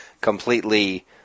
completely